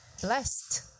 blessed